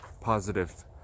positive